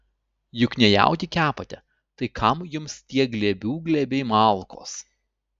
juk ne jautį kepate tai kam jums tie glėbių glėbiai malkos